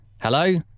hello